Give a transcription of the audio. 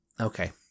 okay